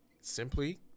simply